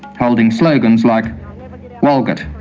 holding slogans like walgett,